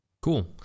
Cool